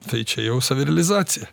tai čia jau savirealizacija